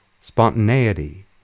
spontaneity